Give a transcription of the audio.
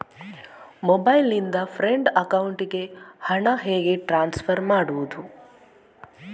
Mobile ನಿಂದ friend ಅಕೌಂಟಿಗೆ ಹಣ ಹೇಗೆ ಟ್ರಾನ್ಸ್ಫರ್ ಮಾಡುವುದು?